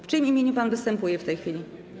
W czyim imieniu pan występuje w tej chwili?